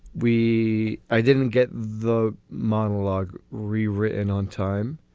we i didn't get the monologue rewritten on time.